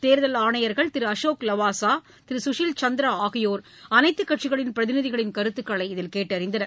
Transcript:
தேர்தல் ஆணையர்கள் திருஅசோக் லவாசா திருகஷில் சந்திராஆகியோர் அனைத்துக் கட்சிகளின் பிரதிநிதிகளின் கருத்துக்களைகேட்டறிந்தனர்